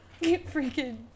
freaking